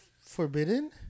forbidden